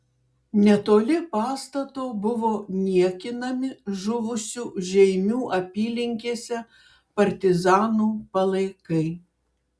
netoli pastato buvo niekinami žuvusių žeimių apylinkėse partizanų palaikai